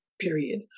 period